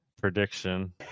prediction